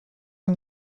now